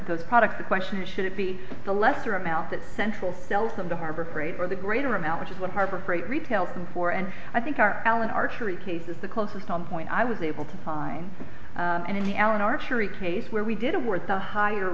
those products the question is should it be the lesser amount that central sells of the harbor freight or the greater amount which is what harbor freight retails them for and i think our allan archery case is the closest on point i was able to find and in the allen archery case where we did a worth the higher